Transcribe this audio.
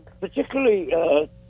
particularly